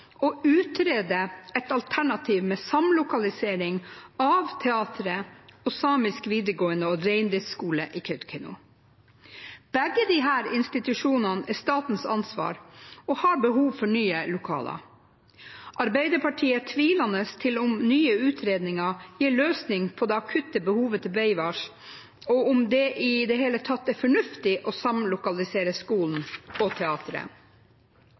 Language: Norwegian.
å utrede et alternativ med samlokalisering av teateret og Samisk videregående skole og reindriftsskole i Kautokeino. Begge disse institusjonene er statens ansvar og har behov for nye lokaler. Arbeiderpartiet er tvilende til om nye utredninger gir noen løsning på det akutte behovet til Beaivváš, og om det i det hele tatt er fornuftig å samlokalisere skolen og teateret.